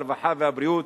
הרווחה והבריאות,